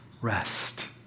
rest